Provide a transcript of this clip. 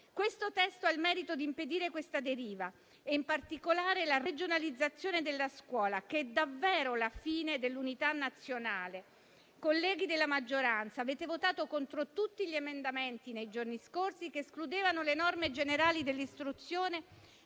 Questo testo ha il merito di impedire questa deriva e in particolare la regionalizzazione della scuola, che è davvero la fine dell'unità nazionale. Colleghi della maggioranza, avete votato contro tutti gli emendamenti, nei giorni scorsi, che escludevano le norme generali dell'istruzione